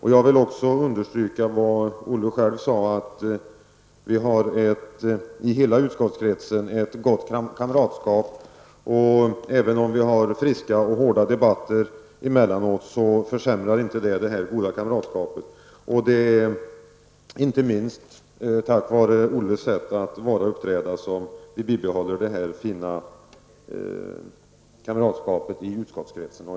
Jag vill också understryka vad Olle Östrand själv sade att vi har ett i hela utskottskretsen gott kamratskap. Även om vi har friska och hårda debatter emellanåt försämrar inte detta det goda kamratskapet. Detta beror inte minst på Olle Östrands sätt att uppträda att vi behåller detta fina kamratskap i utskottskretsen.